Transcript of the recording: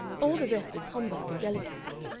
all the rest is humbug and delicacy.